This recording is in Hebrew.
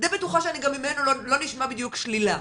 אני די בטוחה שגם ממנו לא נשמע בדיוק שלילה,